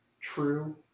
true